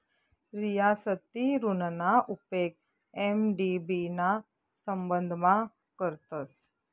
रियासती ऋणना उपेग एम.डी.बी ना संबंधमा करतस